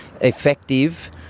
effective